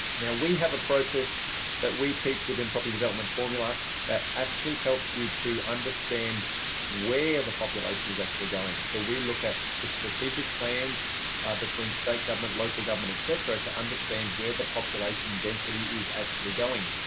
now we have a process that we teach within property development formula that actually helps you to understand where the population is actually going. so we look at the strategic plans between state government, local government, etc, to understand where the population density is actually going.